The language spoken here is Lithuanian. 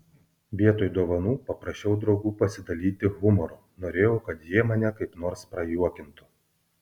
vietoj dovanų paprašiau draugų pasidalyti humoru norėjau kad jie mane kaip nors prajuokintų